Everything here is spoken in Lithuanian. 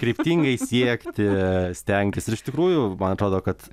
kryptingai siekti stengtis ir iš tikrųjų man atrodo kad